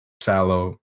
sallow